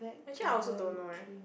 actually I also don't know leh